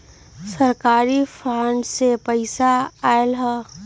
सरकारी फंड से पईसा आयल ह?